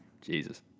Jesus